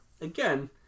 Again